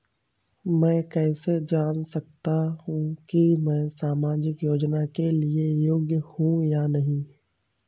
मैं कैसे जान सकता हूँ कि मैं सामाजिक योजना के लिए योग्य हूँ या नहीं?